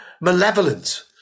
malevolent